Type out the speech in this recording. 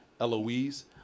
Eloise